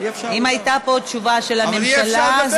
אם הייתה פה תשובה של הממשלה, אבל אי-אפשר ככה.